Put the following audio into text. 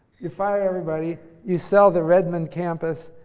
you fire everybody. you sell the redmond campus.